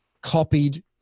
copied